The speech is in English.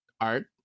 art